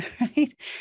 right